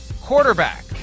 quarterback